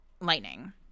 lightning